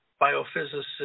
biophysicist